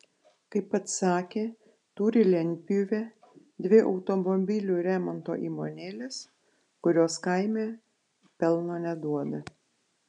kaip pats sakė turi lentpjūvę dvi automobilių remonto įmonėles kurios kaime pelno neduoda